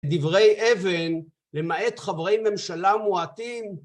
דברי הבל, למעט חברי ממשלה מועטים